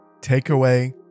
Takeaway